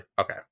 okay